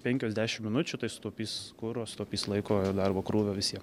penkios dešim minučių tai sutaupys kuro sutaupys laiko ir darbo krūvio visiem